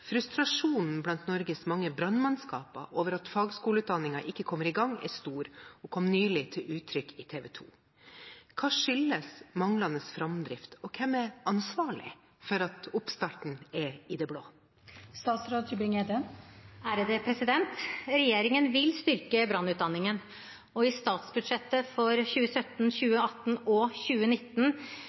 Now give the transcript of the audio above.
Frustrasjonen blant Norges mange brannmannskaper over at fagskoleutdanningen ikke kommer i gang, er stor, og kom nylig til uttrykk i TV2. Hva skyldes manglende framdrift, og hvem er ansvarlig for at oppstart er i det blå?» Regjeringen vil styrke brannutdanningen, og i statsbudsjettene for 2017, 2018 og 2019